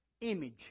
image